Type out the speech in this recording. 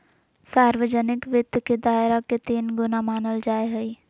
सार्वजनिक वित्त के दायरा के तीन गुना मानल जाय हइ